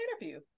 interview